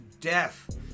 death